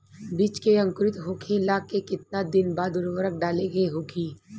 बिज के अंकुरित होखेला के कितना दिन बाद उर्वरक डाले के होखि?